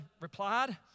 replied